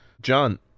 John